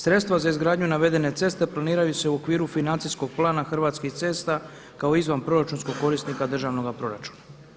Sredstva za izgradnju navedene ceste planiraju se u okviru Financijskog plana Hrvatskih cesta kao izvanproračunskog korisnika državnoga proračuna.